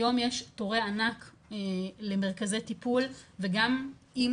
היום יש תורי ענק למרכזי טיפול וגם אם